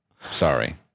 Sorry